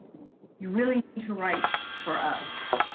you really need to write for us.